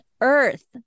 earth